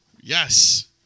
Yes